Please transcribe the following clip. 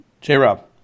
J-Rob